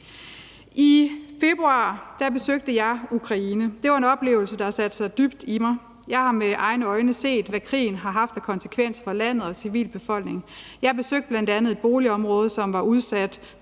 I februar besøgte jeg Ukraine. Det var en oplevelse, der satte sig dybt i mig. Jeg har med egne øjne se, hvad krigen har haft af konsekvenser for landet og civilbefolkningen. Jeg besøgte bl.a. et boligområde, som var udsat